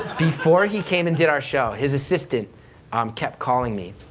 before he came and did our show, his assistant um kept calling me,